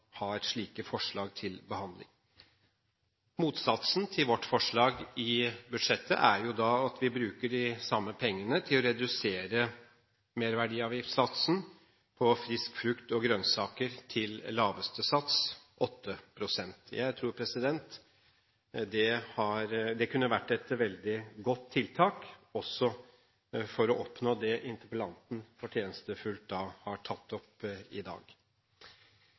slike forslag til behandling. Motsatsen til vårt forslag i budsjettet er at vi bruker de samme pengene til å redusere merverdiavgiftssatsen på frisk frukt og grønnsaker til laveste sats, 8 pst. Jeg tror det kunne vært et veldig godt tiltak, også for å oppnå det som interpellanten fortjenestefullt har tatt opp i dag.